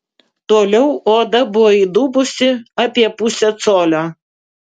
toliau oda buvo įdubusi apie pusę colio